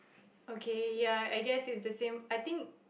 okay ya I guess it's the same I think it